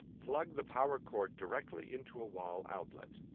plug the power cord directly into a wall outlet.